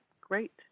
Great